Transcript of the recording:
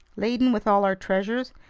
laden with all our treasures,